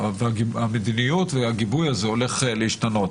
שהמדיניות והגיבוי הזה הולך להשתנות.